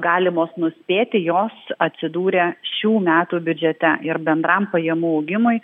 galimos nuspėti jos atsidūrė šių metų biudžete ir bendram pajamų augimui